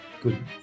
good